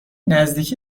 نزدیکی